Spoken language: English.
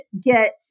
get